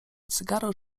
cygaro